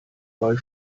why